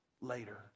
later